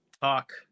Talk